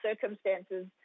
circumstances